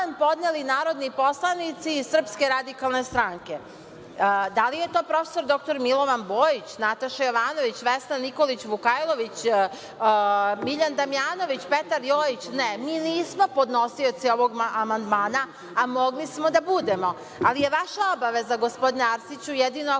podneli narodni poslanici iz SRS. Da li je to prof. dr Milovan Bojić, Nataša Jovanović, Vesna Nikolić Vukajlović, Miljan Damnjanović, Petar Jojić? Ne. Mi nismo podnosioci ovog amandmana, a mogli smo da budemo, ali je vaša obaveza, gospodine Arsiću, jedino ako